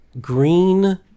green